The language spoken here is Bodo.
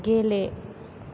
गेले